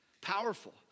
Powerful